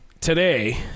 today